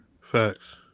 facts